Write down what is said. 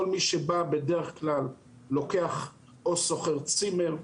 כל מי שבא, בדרך כלל לוקח או שוכר צימר,